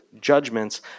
judgments